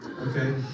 okay